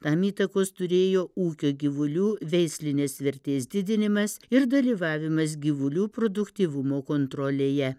tam įtakos turėjo ūkio gyvulių veislinės vertės didinimas ir dalyvavimas gyvulių produktyvumo kontrolėje